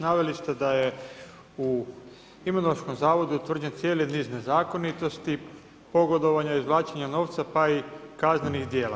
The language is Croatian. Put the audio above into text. Naveli ste da je u Imunološkom zavodu utvrđen cijeli niz nezakonitosti, pogodovanja, izvlačenja novca pa i kaznenih djela.